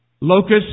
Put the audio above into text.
Locusts